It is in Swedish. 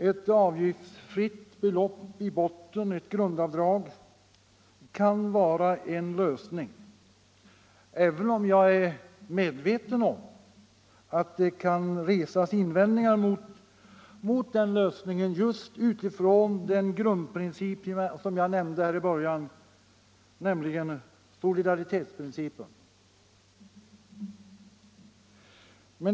Ett avgiftsfritt belopp i botten — ett grundavdrag — kan vara en lösning, även om jag vet att det kan resas invändningar mot den lösningen just med hänsyn till den grundförutsättning som jag pekade på inledningsvis, nämligen solidaritetsprincipen.